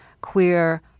queer